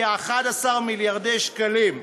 כ-11 מיליארדי שקלים.